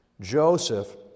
Joseph